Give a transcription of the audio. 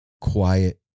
quiet